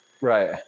Right